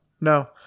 no